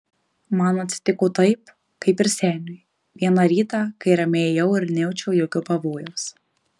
man atsitiko taip kaip ir seniui vieną rytą kai ramiai ėjau ir nejaučiau jokio pavojaus